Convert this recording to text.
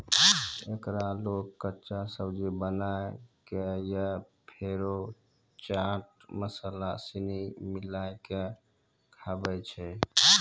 एकरा लोग कच्चा, सब्जी बनाए कय या फेरो चाट मसाला सनी मिलाकय खाबै छै